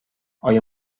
آیا